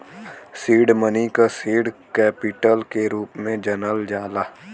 seed money क seed capital के रूप में जानल जाला